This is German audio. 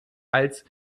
als